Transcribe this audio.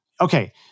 Okay